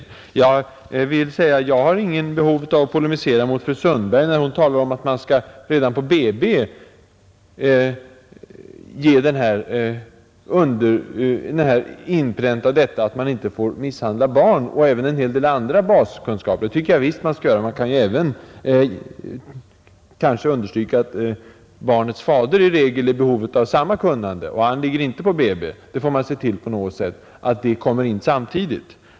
Om åtgärder för att Jag har inget behov av att polemisera mot fru Sundberg, när hon talar förhindra barnmissom att man redan på BB skall inpränta, att föräldrar inte får misshandla handel m.m. barn, och även en hel del andra baskunskaper. Det tycker jag visst man skall göra. Det bör kanske påpekas att barnets far i regel är i behov av samma kunnande, men han ligger inte på BB. Därför får man se till att fäderna samtidigt får del av sådana kunskaper.